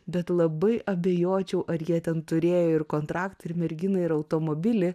bet labai abejočiau ar jie ten turėjo ir kontraktą ir merginą ir automobilį